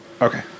Okay